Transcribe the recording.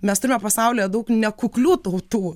mes turime pasaulyje daug nekuklių tautų